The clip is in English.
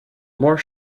more